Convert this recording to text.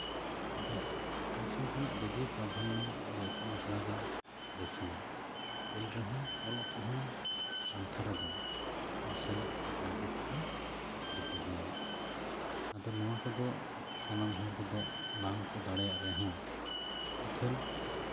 ᱟᱫᱚ ᱴᱤᱭᱩᱥᱚᱱ ᱠᱷᱚᱱᱟᱜ ᱡᱳᱫᱤᱭᱳ ᱯᱨᱟᱫᱷᱟᱱᱱᱚ ᱫᱚ ᱤᱛᱩᱱ ᱟᱥᱲᱟ ᱜᱮ ᱵᱮᱥᱤᱭᱟ ᱮᱱ ᱨᱮᱦᱚᱸ ᱚᱞᱚᱜ ᱯᱚᱲᱦᱚᱱ ᱯᱟᱱᱛᱷᱟ ᱨᱮᱫᱚ ᱴᱤᱭᱩᱥᱮᱱ ᱥᱮ ᱯᱨᱟᱭᱵᱷᱮᱴ ᱦᱚᱸ ᱟᱹᱰᱤ ᱵᱩᱜᱤᱭᱟ ᱟᱫᱚ ᱱᱚᱣᱟ ᱠᱚᱫᱚ ᱥᱟᱱᱟᱢ ᱦᱚᱲ ᱠᱚᱫᱚ ᱵᱟᱝ ᱠᱚ ᱫᱟᱲᱮᱭᱟᱜ ᱨᱮᱦᱚᱸ ᱤᱠᱷᱟᱹᱱ